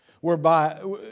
whereby